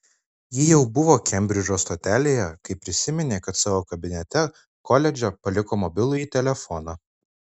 ji jau buvo kembridžo stotelėje kai prisiminė kad savo kabinete koledže paliko mobilųjį telefoną